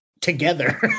together